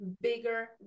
bigger